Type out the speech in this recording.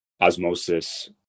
Osmosis